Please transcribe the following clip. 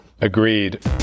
Agreed